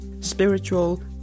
spiritual